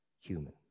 human